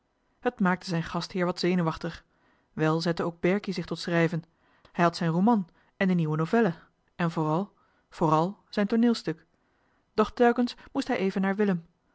het maakte zijn gastheer wat zenuwachtig wel zette ook berkie zich tot schrijven hij had zijn roman en die nieuwe novelle en vooral vooral zijn tooneelstuk doch telkens moest hij even naar willem